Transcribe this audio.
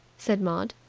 said maud.